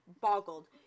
Boggled